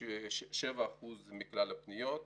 כ-7% מכלל הפניות.